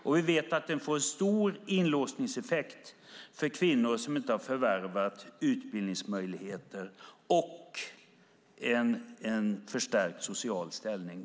Och vi vet att den får stor inlåsningseffekt för kvinnor som inte har förvärvat utbildningsmöjligheter och därmed en förstärkt social ställning.